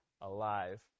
alive